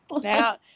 Now